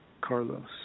Carlos